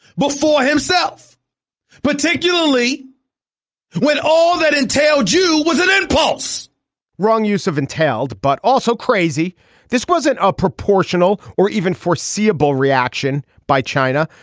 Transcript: but for himself particularly when all that entailed jew was an impulse wrong use of entailed but also crazy this wasn't a proportional or even foreseeable reaction by china.